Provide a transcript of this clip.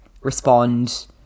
respond